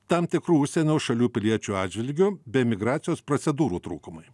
tam tikrų užsienio šalių piliečių atžvilgiu bei migracijos procedūrų trūkumai